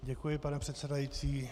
Děkuji, pane předsedající.